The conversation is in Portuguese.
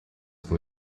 com